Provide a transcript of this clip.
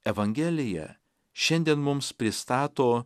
evangelija šiandien mums pristato